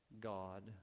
God